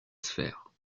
sphère